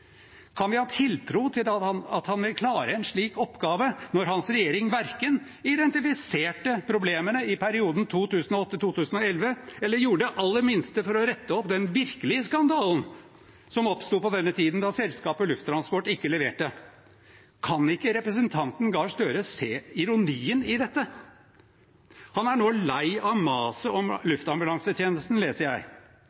Kan vi ha tiltro til at han vil klare en slik oppgave når hans regjering verken identifiserte problemene i perioden 2008–2011 eller gjorde det aller minste for å rette opp den virkelige skandalen, som oppsto på denne tiden, da selskapet Lufttransport ikke leverte? Kan ikke representanten Gahr Støre se ironien i dette? Han er nå lei av maset om